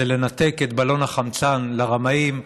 זה לנתק את בלון החמצן לרמאים,